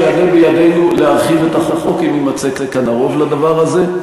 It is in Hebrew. שיעלה בידנו להרחיב את החוק אם יימצא כאן הרוב לדבר הזה.